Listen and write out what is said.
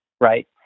right